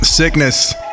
Sickness